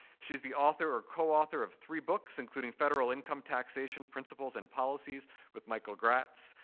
she's the author or coauthor of three books, including federal income taxation principles and policies with michael graetz,